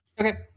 Okay